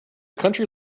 country